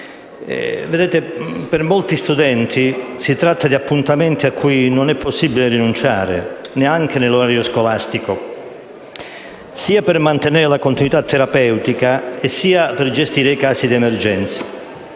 Per molti studenti si tratta di appuntamenti a cui non è possibile rinunciare, neanche nell'orario scolastico, sia per mantenere la continuità terapeutica, che per gestire i casi di emergenza.